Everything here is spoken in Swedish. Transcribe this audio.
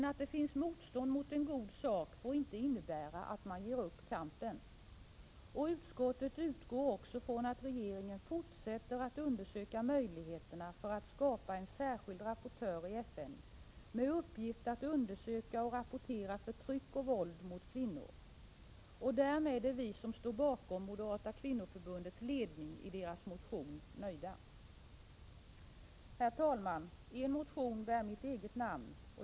Att det finns motstånd mot en god sak får dock inte innebära att man ger upp kampen. Utskottet utgår också från att regeringen fortsätter att undersöka möjligheterna att skapa en särskild rapportör i FN med uppgift att undersöka och rapportera förtryck och våld mot kvinnor. Därmed är vi som står bakom moderata kvinnoförbundets ledning i deras motion nöjda. Herr talman! En motion bär mitt namn.